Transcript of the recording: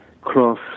cross